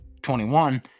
21